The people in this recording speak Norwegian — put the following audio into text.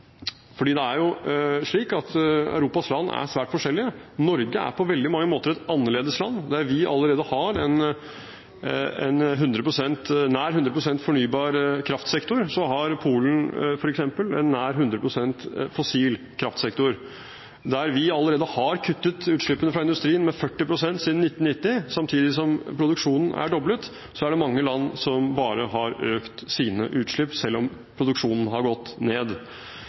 det er jo slik at Europas land er svært forskjellige. Norge er på veldig mange måter et annerledesland. Der vi allerede har en nær hundre prosent fornybar kraftsektor, har Polen f.eks. en nær hundre prosent fossil kraftsektor. Der vi allerede har kuttet utslippene fra industrien med 40 pst. siden 1990, samtidig som produksjonen er doblet, er det mange land som bare har økt sine utslipp selv om produksjonen har gått ned.